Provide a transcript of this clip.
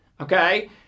okay